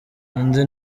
undi